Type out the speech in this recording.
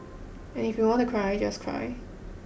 and if you want to cry just cry